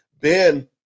Ben